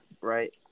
right